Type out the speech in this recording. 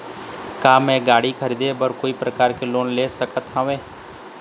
का मैं गाड़ी खरीदे बर कोई प्रकार के लोन ले सकत हावे?